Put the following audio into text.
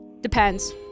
Depends